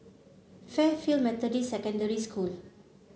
Fairfield Methodist Secondary School